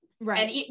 right